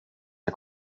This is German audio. der